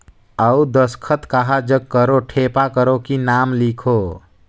अउ दस्खत कहा जग करो ठेपा करो कि नाम लिखो?